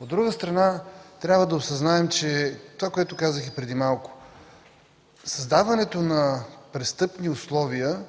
От друга страна, трябва да осъзнаем, че създаването на престъпни условия